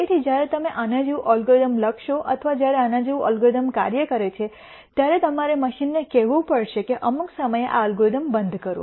તેથી જ્યારે તમે આના જેવું અલ્ગોરિધમ લખશો અથવા જ્યારે આના જેવું અલ્ગોરિધમ કાર્ય કરે છે ત્યારે તમારે મશીનને કહેવું પડશે કે અમુક સમયે આ અલ્ગોરિધમ બંધ કરો